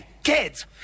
Kids